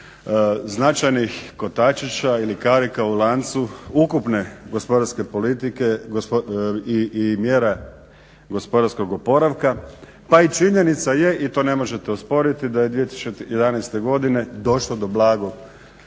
značajnih kotačića ili karika u lancu ukupne gospodarske politike i mjera gospodarskog oporavka. Pa i činjenica je, i to ne možete osporiti, da je 2011. godine došlo do blagog